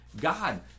God